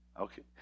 Okay